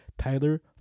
Tyler